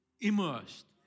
immersed